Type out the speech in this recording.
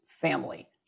family